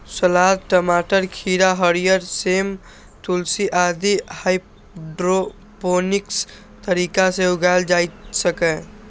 सलाद, टमाटर, खीरा, हरियर सेम, तुलसी आदि हाइड्रोपोनिक्स तरीका सं उगाएल जा सकैए